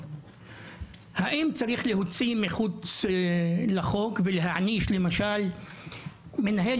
האם צריך להוציא מחוץ לחוק ולהעניש למשל מנהל